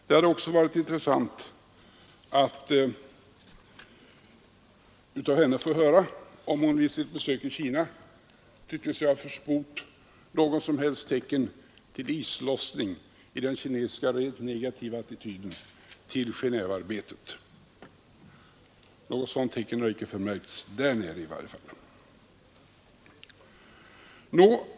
Det hade också varit intressant att av henne få höra, om hon vid sitt besök i Kina tyckte sig ha försport något som helst tecken på islossning i den kinesiska rent negativa attityden till Genévearbetet. Något sådant tecken har i varje fall icke förmärkts där nere.